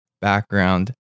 background